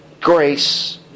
grace